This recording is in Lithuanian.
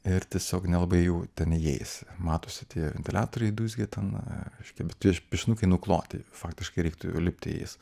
ir tiesiog nelabai jau ten įeisi matosi tie ventiliatoriai dūzgia ten reiškia bet tie piešinukai nukloti faktiškai reiktų jau lipti jais